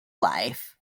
life